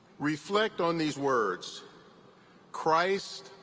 reflect on these words christ,